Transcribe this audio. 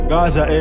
Gaza